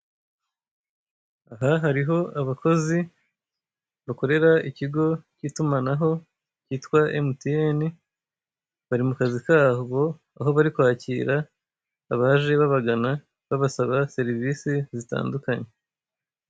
Aha hariho abakozi bakorera ikigo k'itumanaho kitwa MTN, bari mu kazi kabo aho bari kwakira abaje babagana babasaba serivise zitandukanye.